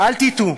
אל תטעו.